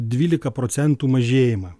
dvylika procentų mažėjimą